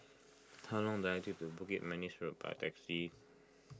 how long does it take to get to Bukit Manis Road by taxi